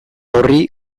horri